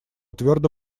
твердо